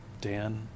Dan